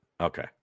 Okay